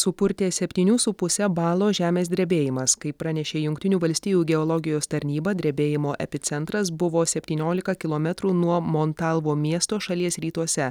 supurtė septynių su puse balo žemės drebėjimas kaip pranešė jungtinių valstijų geologijos tarnyba drebėjimo epicentras buvo septyniolika kilometrų nuo montalvo miesto šalies rytuose